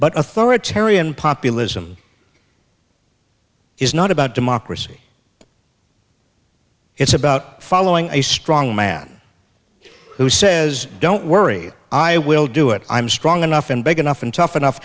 but authoritarian populism is not about democracy it's about following a strong man who says don't worry i will do it i'm strong enough and big enough and tough enough